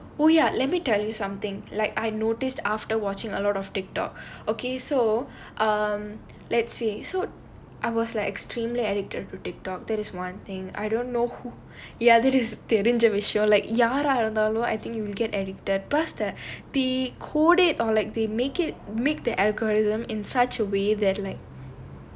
I don't know who you let me tell you something like I noticed after watching a lot of the TikTok okay so um let's see so I was like extremely addicted to TikTok that is one thing I don't know who ya there is தெரிஞ்ச விஷயம்:therinja visayam like யாரா இருந்தாலும்:yaaraa irunthaalum I think you will get addicted buster the coded it or like they make it make the algorithm in such a way that